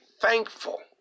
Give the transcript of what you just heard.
thankful